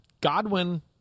Godwin